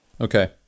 Okay